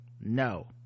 No